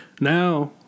Now